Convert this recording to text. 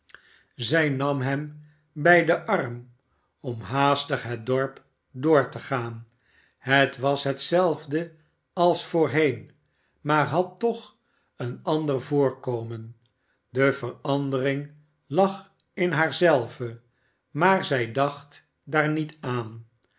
zij nam hem bij den arm om haastig het dorp door te gaan het was hetzelfde als voorheen maar had toch een ander voorkomen de verandering lag in haar zelve maar zij dacht daar niet aan